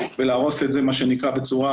בעיר אף אחד לא ידע על כך.